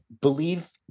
believe